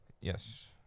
Yes